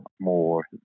more